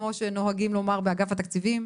כמו שנוהגים לומר באגף התקציבים,